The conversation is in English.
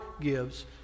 gives